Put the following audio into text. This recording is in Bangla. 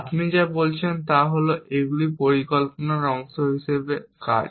আপনি যা বলছেন তা হল এইগুলি পরিকল্পনার অংশ হিসাবে কাজ